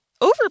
over